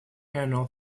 annual